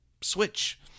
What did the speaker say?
switch